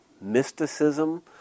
mysticism